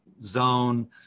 zone